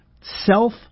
self-